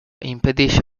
impedisce